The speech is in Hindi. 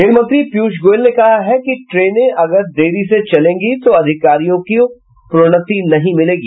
रेलमंत्री पीयूष गोयल ने कहा है कि ट्रेने अगर देरी से चलेगी तो अधिकारियों को प्रोन्नति नहीं मिलेगी